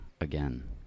again